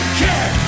care